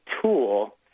tool